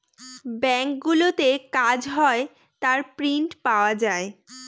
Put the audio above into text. ব্যাঙ্কগুলোতে কাজ হয় তার প্রিন্ট পাওয়া যায়